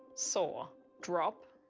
soar. drop.